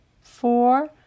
four